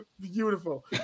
beautiful